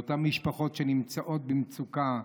לאותן משפחות שנמצאות במצוקה.